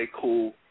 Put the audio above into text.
cool